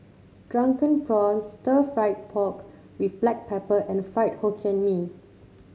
Drunken Prawns stir fry pork with Black Pepper and Fried Hokkien Mee